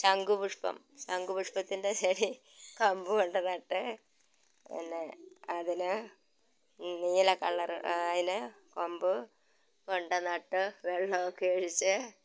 ശംഖു പുഷ്പം ശംഖു പുഷ്പത്തിൻ്റെ ചെടി കമ്പ് കൊണ്ട് നട്ടു പിന്നെ അതിന് നീല കളർ അതിന് കമ്പ് കൊണ്ട് നട്ടു വെള്ളമൊക്കെ ഒഴിച്ച്